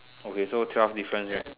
okay so twelve differences right